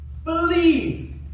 believe